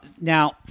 now